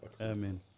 Amen